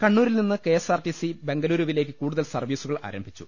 കണ്ണൂരിൽ നിന്ന് K S R T C ബെംഗലൂരുവിലേക്ക് കൂടുതൽ സർവീസുകൾ ആരംഭിച്ചു